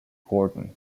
gorton